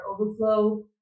overflow